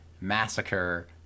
massacre